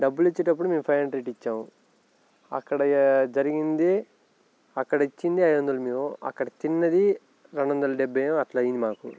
డబ్బులు ఇచ్చేటప్పుడు మేము ఫైవ్ హండ్రడ్ ఇచ్చాం అక్కడ జరిగింది అక్కడ ఇచ్చింది ఐదువందలు మేము అక్కడ తిన్నది రెండువందల డబ్భై అట్లా అయింది మాకు